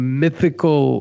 mythical